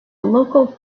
local